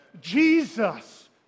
Jesus